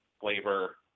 flavor